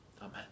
Amen